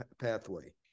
pathway